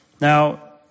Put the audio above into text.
Now